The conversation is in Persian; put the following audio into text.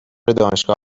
دانشگاه